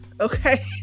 okay